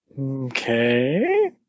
Okay